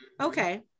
okay